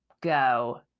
go